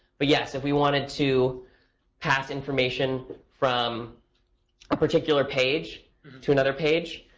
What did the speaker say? but yes, if we wanted to pass information from a particular page to another page,